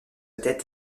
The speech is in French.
tête